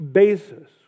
basis